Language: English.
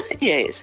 yes